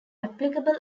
applicable